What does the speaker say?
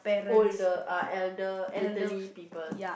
older ah elder~ elderly people